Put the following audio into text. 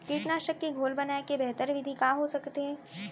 कीटनाशक के घोल बनाए के बेहतर विधि का हो सकत हे?